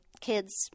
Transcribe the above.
kids